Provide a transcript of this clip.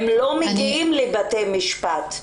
הם לא מגיעים לבתי משפט.